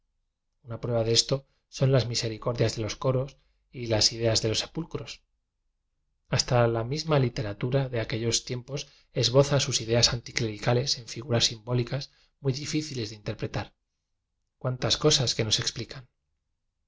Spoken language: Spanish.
una prueba de esto son las misericordias de los coros y las ideas de ios sepulcros hasta la misma literatura de aquellos tiempos esboza sus ideas